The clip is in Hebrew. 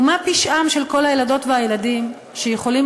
ומה פשעם של כל הילדות והילדים שיכולים